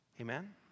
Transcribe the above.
Amen